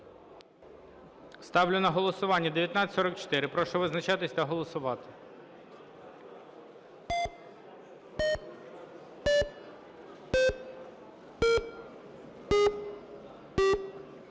Ставлю на голосування 1947. Прошу визначатись та голосувати.